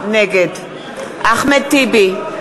נגד אחמד טיבי,